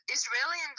Israeli